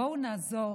בואו נעזור